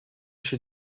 się